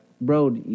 Bro